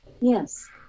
Yes